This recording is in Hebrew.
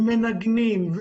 מנגנים,